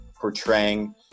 portraying